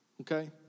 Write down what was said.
okay